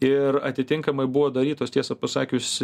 ir atitinkamai buvo darytos tiesą pasakius